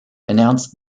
announced